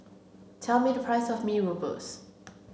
tell me the price of Mee Rebus